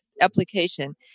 application